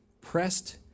pressed